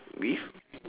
with